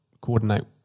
coordinate